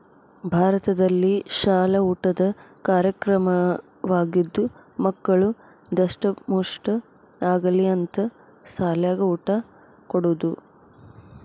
ಭಾರತದಲ್ಲಿಶಾಲ ಊಟದ ಕಾರ್ಯಕ್ರಮವಾಗಿದ್ದು ಮಕ್ಕಳು ದಸ್ಟಮುಷ್ಠ ಆಗಲಿ ಅಂತ ಸಾಲ್ಯಾಗ ಊಟ ಕೊಡುದ